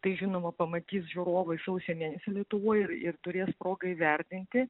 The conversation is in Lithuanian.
tai žinoma pamatys žiūrovai sausio mėnesį lietuvoj ir ir turės progą įvertinti